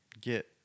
get